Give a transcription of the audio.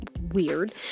weird